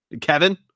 Kevin